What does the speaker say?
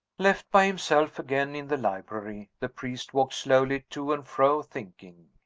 left by himself again in the library, the priest walked slowly to and fro, thinking.